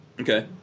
Okay